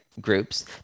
groups